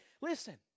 Listen